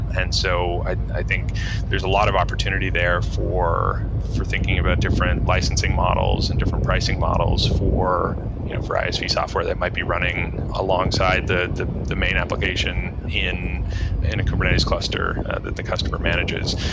and so i think there's a lot of opportunity there for for thinking about different licensing models and different pricing models for for isv software that might be running alongside the the domain application in in a kubernetes cluster that the customer manages.